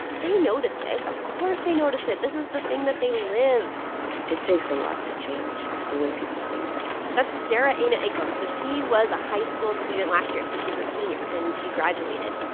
they notice it. of course, they notice it. this is the thing that they live it takes a lot to change the way people think that's daraeno ekong. like um so she was a high school student last year, so she was a senior, and she graduated.